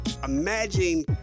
Imagine